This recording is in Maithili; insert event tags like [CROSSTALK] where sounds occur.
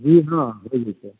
जी हाँ [UNINTELLIGIBLE]